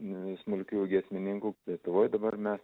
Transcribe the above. nei smulkiųjų giesmininkų lietuvoj dabar mes